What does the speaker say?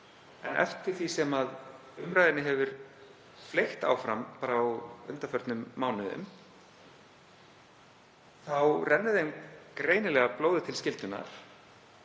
en eftir því sem umræðunni hefur fleygt áfram á undanförnum mánuðum þá rennur því greinilega blóðið til skyldunnar.